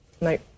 No